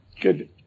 Good